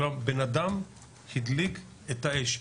כלומר בן אדם הדליק את האש.